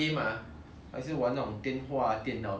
err 八个小时 like 不够用这样